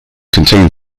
contain